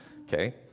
Okay